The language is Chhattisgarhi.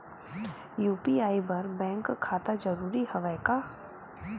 यू.पी.आई बर बैंक खाता जरूरी हवय का?